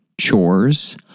Chores